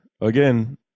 Again